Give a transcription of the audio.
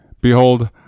Behold